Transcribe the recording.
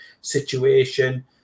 situation